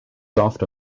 soft